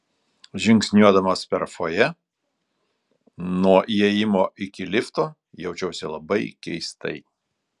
žingsniuodamas per fojė nuo įėjimo iki lifto jaučiausi labai keistai